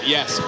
Yes